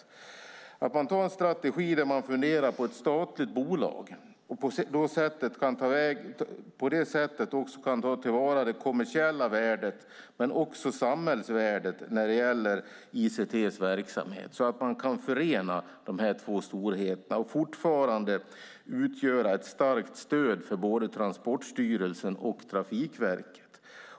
Man kan ha en strategi där man funderar på att låta det vara ett statligt bolag. På det sättet kan man ta till vara det kommersiella värdet och också samhällsvärdet med ICT:s verksamhet, så att man kan förena dessa två storheter och så att de fortfarande kan utgöra ett starkt stöd åt både Transportstyrelsen och Trafikverket.